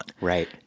Right